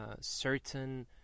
certain